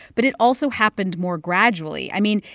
but it also happened more gradually. i mean,